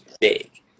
big